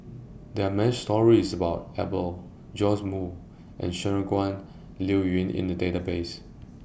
There Are stories about Iqbal Joash Moo and Shangguan Liuyun in The Database